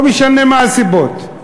לא משנה מה הסיבות.